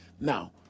Now